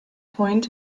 point